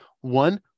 one